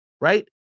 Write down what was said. right